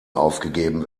aufgegeben